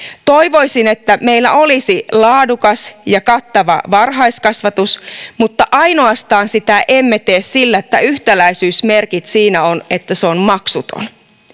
toivoisin että meillä olisi laadukas ja kattava varhaiskasvatus mutta sitä emme tee ainoastaan sillä että on yhtäläisyysmerkit siinä että se on maksuton